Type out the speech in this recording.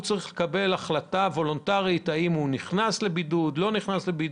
מקבל החלטה וולונטרית עם עצמו האם הוא נכנס לבידוד או לא,